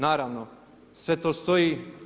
Naravno sve to stoji.